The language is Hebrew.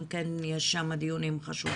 גם שם יש דיונים חשובים.